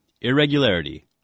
irregularity